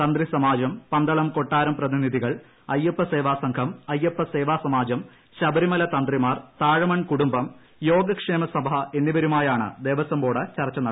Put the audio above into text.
തന്ത്രി സമാജം പന്തളം കൊട്ടാരം പ്രതിനിധികൾ ് അയ്യപ്പസേവാസംഘം അയ്യപ്പസേവാസമാജം ശബരിമല തന്ത്രിമാർ താഴ്മൺ കുടുംബം യോഗക്ഷേമസഭ എന്നിവരുമായാണ് ദേവസ്വം ബോർഡ് ചർച്ച നടത്തുന്നത്